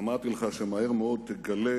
אמרתי לך שמהר מאוד תגלה